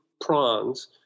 prongs